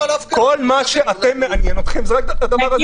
כל מה שמעניין אתכם, זה רק ההפגנות.